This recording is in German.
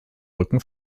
rücken